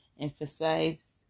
emphasize